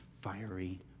fiery